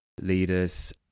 leaders